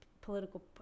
political